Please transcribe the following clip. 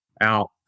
out